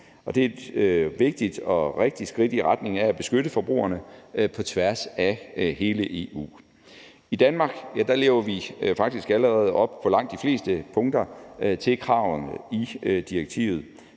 Det er et vigtigt og rigtigt skridt i retning af at beskytte forbrugerne på tværs af hele EU. I Danmark lever vi faktisk allerede på langt de fleste punkter op til kravene i direktivet.